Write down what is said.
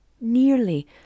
Nearly